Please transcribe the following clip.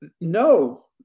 no